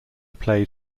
played